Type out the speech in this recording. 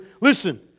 listen